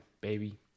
baby